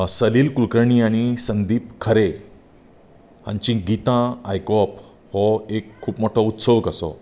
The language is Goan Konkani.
सलील कुलकर्णी आनी संदीप खारे हांची गीतां आयकूवप हो खूब मोठो उत्सव कसो